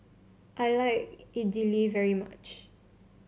I like Idili very much